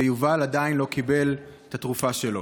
ויובל עדיין לא קיבל את התרופה שלו,